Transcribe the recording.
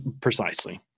Precisely